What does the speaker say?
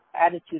attitude